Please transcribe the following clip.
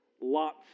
lots